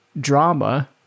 drama